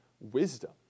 wisdom